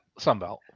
Sunbelt